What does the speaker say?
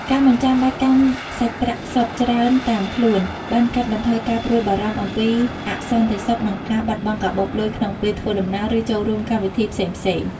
ការមិនចាំបាច់កាន់សាច់ប្រាក់សុទ្ធច្រើនតាមខ្លួន បានកាត់បន្ថយការព្រួយបារម្ភអំពីអសន្តិសុខ និងការបាត់បង់កាបូបលុយក្នុងពេលធ្វើដំណើរ ឬចូលរួមកម្មវិធីផ្សេងៗ។